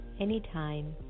anytime